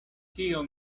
tio